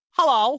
Hello